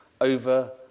over